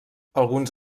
alguns